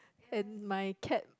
and my cat